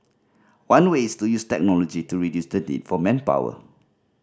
one way is to use technology to reduce the need for manpower